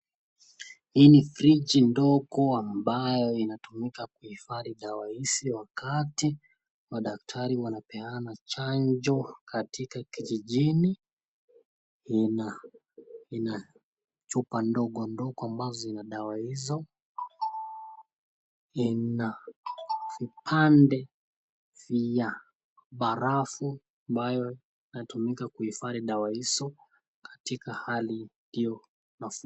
Hii ni friji ndogo ambayo inatumika kuhifadhi dawa hizi wakati madaktari wanapeana chanjo katika kijijini. Ina chupa ndogo ndogo, ambazo zina dawa hizo ,ina vipande vya barafu ambayo inatumika kuhifadhi dawa hizo katika hali hio.